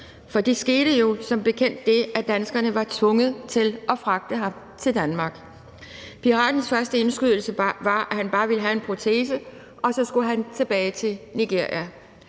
Der skete jo som bekendt det, at danskerne var tvunget til at fragte ham til Danmark. Piratens første indskydelse var, at han bare ville have en protese og så skulle tilbage til Nigeria.